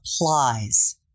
applies